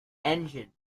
engines